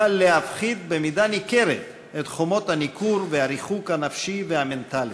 תוכל להפחית במידה ניכרת את חומות הניכור והריחוק הנפשי והמנטלי.